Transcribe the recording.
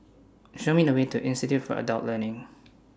Show Me The Way to Institute For Adult Learning